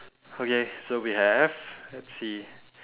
okay so we have let's see